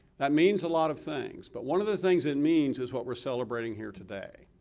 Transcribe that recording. that means a lot of things, but one of the things it means is what we're celebrating here today.